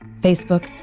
Facebook